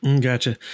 Gotcha